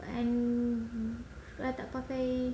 and I tak pakai